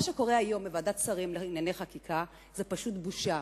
מה שקורה היום בוועדת שרים לענייני חקיקה זו פשוט בושה,